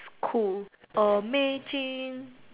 cool amazing